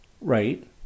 Right